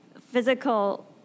physical